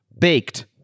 Baked